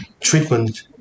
treatment